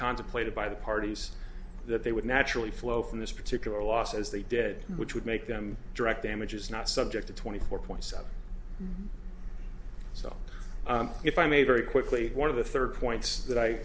contemplated by the parties that they would naturally flow from this particular loss as they did which would make them direct damages not subject to twenty four points out so if i may very quickly one of the third points that i